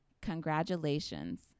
congratulations